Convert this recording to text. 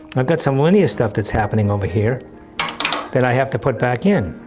i've got some linear stuff that's happening over here that i have to put back in,